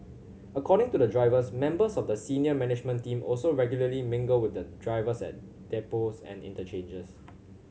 according to the drivers members of the senior management team also regularly mingle with the drivers at depots and interchanges